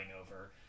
over